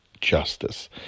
justice